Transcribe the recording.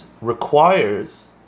requires